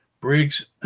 Briggs